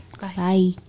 Bye